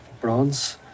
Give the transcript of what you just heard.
bronze